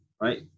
right